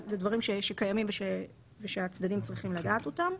אלה דברים שקיימים ושהצדדים צריכים לדעת אותם.